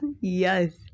Yes